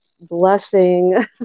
blessing